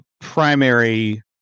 primary